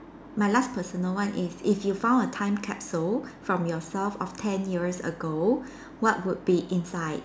my last personal one is if you found a time capsule from yourself of ten years ago what would be inside